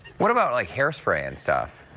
what about like hairspray and stuff.